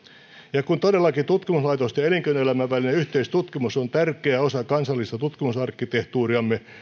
ja kun todellakin tutkimuslaitosten ja elinkeinoelämän välinen yhteistutkimus on tärkeä osa kansallista tutkimusarkkitehtuuriamme